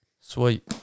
Sweet